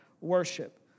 worship